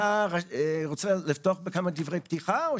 אתה רוצה לפתוח בכמה דברי פתיחה?